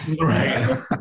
Right